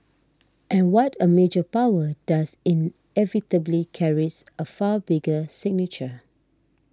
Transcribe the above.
and what a major power does inevitably carries a far bigger signature